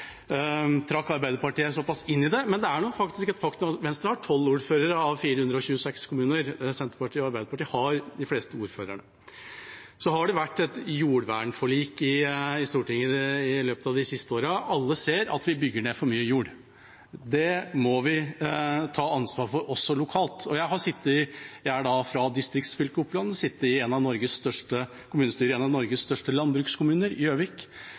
trakk Arbeiderpartiet såpass inn i det. Men faktum er at Venstre har ordføreren i 12 av 426 kommuner, Senterpartiet og Arbeiderpartiet har de fleste ordførerne. Det har vært et jordvernforlik i Stortinget i løpet av de siste årene. Alle ser at vi bygger ned for mye jord, og det må vi ta ansvar for, også lokalt. Jeg er fra distriktsfylket Oppland og har sittet i et av Norges største kommunestyrer i en av Norges største landbrukskommuner, Gjøvik.